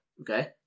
Okay